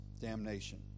damnation